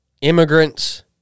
immigrants